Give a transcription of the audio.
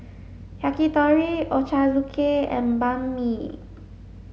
Yakitori Ochazuke and Banh Mi